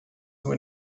nur